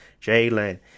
Jalen